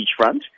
beachfront